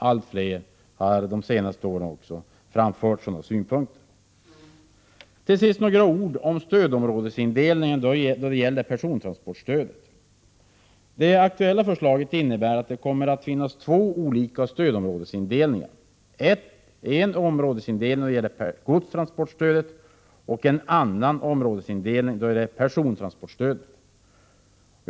Allt fler har också under de senaste åren framfört sådana synpunkter. Till sist skall jag säga några ord om stödområdesindelningen vad gäller persontransportstödet. Det aktuella förslaget innebär att det kommer att finnas två olika stödområdesindelningar, en områdesindelning för godstransportstödet och en annan för persontransportstödet.